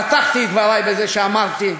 פתחתי את דברי בזה שאמרתי שאני,